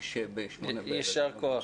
למי שירצה.